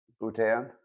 Bhutan